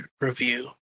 review